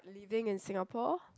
living in Singapore